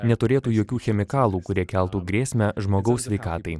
neturėtų jokių chemikalų kurie keltų grėsmę žmogaus sveikatai